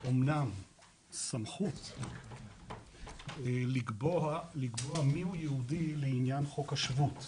אומנם סמכות לקבוע מי הוא יהודי בעניין חוק השבות.